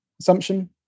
assumption